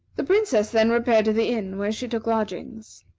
the princess then repaired to the inn, where she took lodgings.